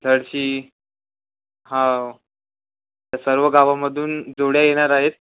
झडशी हो त्या सर्व गावामधून जोड्या येणार आहेत